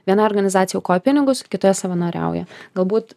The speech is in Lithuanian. vienai organizacijai aukoja pinigus kitoje savanoriauja galbūt